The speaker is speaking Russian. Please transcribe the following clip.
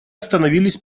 остановились